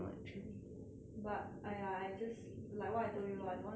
but !aiya! I just like what I told you lor I don't want to fail